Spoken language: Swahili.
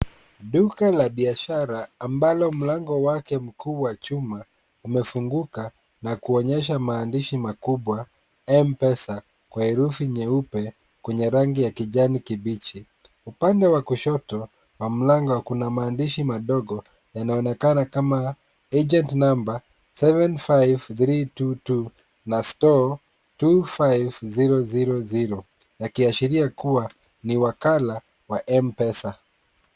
Duka la biashara ambalo mlango wake mkuu wa chuma umefunguka na kuonyesha maandishi makubwa M-Pesa kwa herufi nyeupe kwenye rangi ya kijani kibichi. Upande wa kushoto wa mlango kuna maandishi madogo yanaonekana kama agent number seven five three two two na store two five zero zero zero yakiashiria kuwa ni wakala wa M-Pesa.